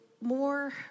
more